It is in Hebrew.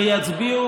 ויצביעו